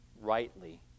rightly